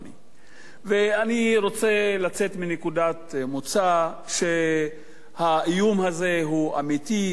ואני רוצה לצאת מנקודת מוצא שהאיום הזה הוא אמיתי או לא אמיתי,